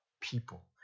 people